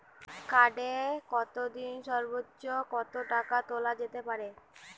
কার্ডে একদিনে সর্বোচ্চ কত টাকা তোলা যেতে পারে?